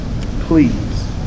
please